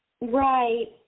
Right